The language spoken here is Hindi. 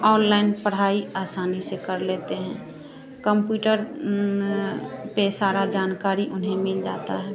ऑनलाइन पढ़ाई आसानी से कर लेते हैं कंप्यूटर पर सारी जानकारी उन्हें मिल जाती है